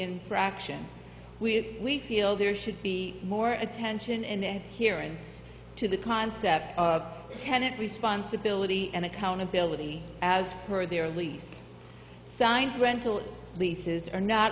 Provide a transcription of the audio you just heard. infraction we feel there should be more attention and here and to the concept of tenant responsibility and accountability as per their lease signed rental leases are not